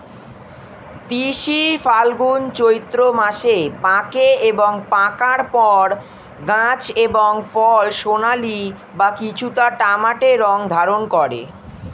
তিসি ফাল্গুন চৈত্র মাসে পাকে এবং পাকার পর গাছ এবং ফল সোনালী বা কিছুটা তামাটে রং ধারণ করে